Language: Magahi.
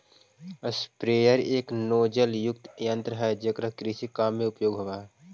स्प्रेयर एक नोजलयुक्त यन्त्र हई जेकरा कृषि काम में उपयोग होवऽ हई